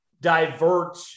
divert –